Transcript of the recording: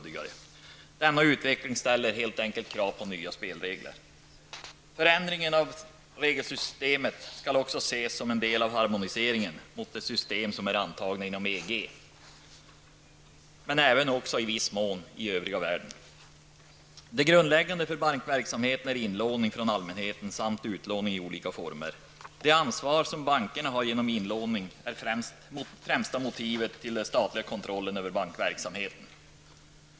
Denna utveckling ställer helt enkelt krav på nya spelregler. Förändringen av regelsystemet skall också ses som en del i en harmonisering mot det system som är antagna inom EG, men även i viss mån mot övrig värld. Det grundläggande för bankverksamheten är inlåning från allmänheten samt utlåning i olika former. Det ansvar som bankerna har genom inlåning är det främsta motivet till statlig kontroll över bankverksamheten.